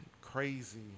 crazy